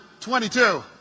22